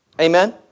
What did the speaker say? Amen